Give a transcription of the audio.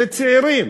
זה צעירים.